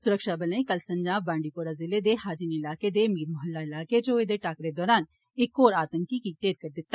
सुरक्षाबलें कल संजा बांडीपोरा जिले दे हाजिन इलाके दे मीर मोहल्ला इलाके च होए दे टाकरे दौरान इक होर आतंकवादी गी ढेर करी दिता